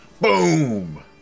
Boom